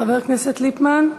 חבר הכנסת דב ליפמן,